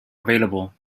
available